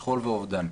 שכול ואובדן.